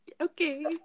Okay